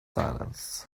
silence